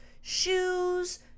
shoes